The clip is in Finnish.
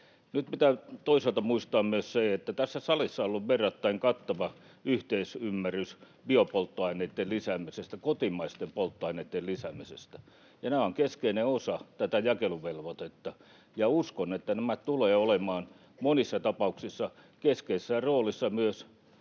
Nyt pitää toisaalta muistaa myös se, että tässä salissa on ollut verrattain kattava yhteisymmärrys biopolttoaineitten lisäämisestä, kotimaisten polttoaineitten lisäämisestä. Nämä ovat keskeinen osa tätä jakeluvelvoitetta, ja uskon, että nämä tulevat olemaan monissa tapauksessa keskeisessä roolissa myös